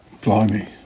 blimey